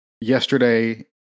yesterday